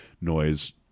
noise